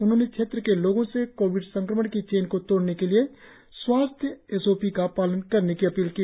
उन्होंने क्षेत्र के लोगो से कोविड संक्रमण की चेन को तोड़ने के लिए स्वास्थ्य एस ओ पी का पालन करने की अपील की